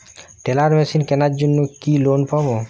Teller machine কেনার জন্য কি লোন পাব?